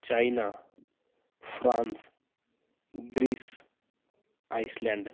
China France Greece Iceland